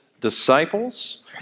disciples